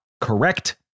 Correct